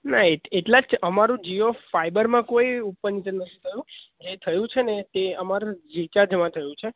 ના એટલા જ છે અમારું જીઓ ફાઈબરમાં કોઈ ઉપર નીચે નથી થયું જે થયું છે ને તે અમારા રિચાર્જમાં થયું છે